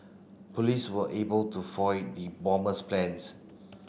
police were able to foil the bomber's plans